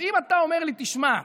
אם אתה אומר לי: תשמע,